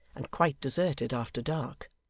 and quite deserted after dark.